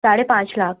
साढ़े पाँच लाख